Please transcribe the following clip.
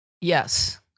Yes